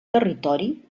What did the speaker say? territori